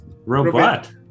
Robot